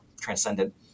transcendent